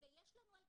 ויש לנו אלטרנטיבות,